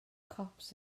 cops